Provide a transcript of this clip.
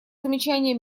замечание